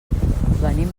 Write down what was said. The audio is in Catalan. venim